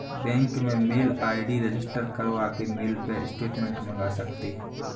bank में mail ID register करवा के मेल पे स्टेटमेंट मंगवा सकते है